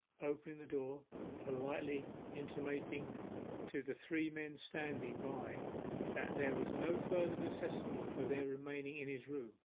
opening the door and politely intimating to the three men standing by that there was no further necessity for their remaining in his room.